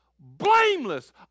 Blameless